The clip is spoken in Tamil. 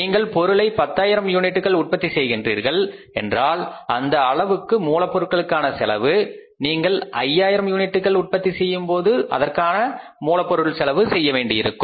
நீங்கள் பொருளை 10000 யூனிட்டுகள் உற்பத்தி செய்கின்றீர்கள் என்றால் அந்த அளவுக்கு மூலம் பொருட்களுக்கான செலவு நீங்கள் 5000 யூனிட்டுகள் உற்பத்தி செய்யும் போது அதற்கான மூலப்பொருள் செலவு செய்யவேண்டியிருக்கும்